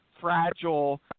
fragile